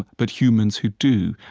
but humans who do.